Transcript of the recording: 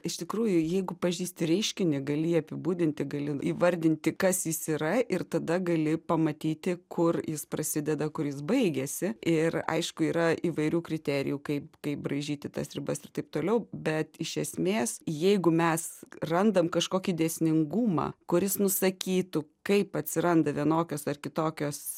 iš tikrųjų jeigu pažįsti reiškinį gali jį apibūdinti gali įvardinti kas jis yra ir tada gali pamatyti kur jis prasideda kur jis baigiasi ir aišku yra įvairių kriterijų kaip kaip braižyti tas ribas ir taip toliau bet iš esmės jeigu mes randam kažkokį dėsningumą kuris nusakytų kaip atsiranda vienokios ar kitokios